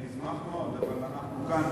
אני אשמח מאוד, אבל אנחנו כאן